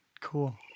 Cool